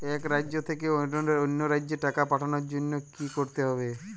এক রাজ্য থেকে অন্য রাজ্যে টাকা পাঠানোর জন্য কী করতে হবে?